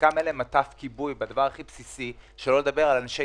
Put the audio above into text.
לחלקם אין מטף כיבוי - שלא לדבר על אנשי